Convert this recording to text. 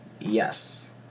Yes